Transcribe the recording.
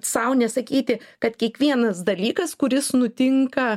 sau nesakyti kad kiekvienas dalykas kuris nutinka